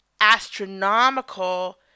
astronomical